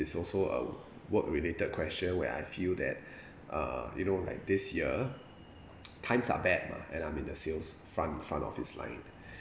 is also a work related question where I feel that uh you know like this year times are bad lah and I'm in the sales front front office line